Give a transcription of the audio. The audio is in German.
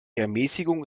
ermäßigung